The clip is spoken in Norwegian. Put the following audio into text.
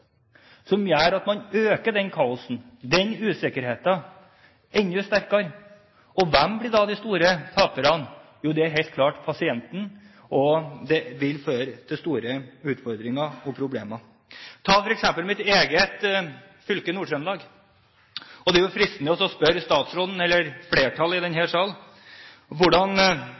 som gjør at man øker kaoset og usikkerheten enda mer. Hvem blir da de store taperne? Jo, det er helt klart pasientene. Det vil føre til store utfordringer og problemer. Ta f.eks. mitt eget fylke, Nord-Trøndelag. Det er jo fristende å spørre statsråden og flertallet i denne salen hvordan